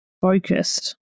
focused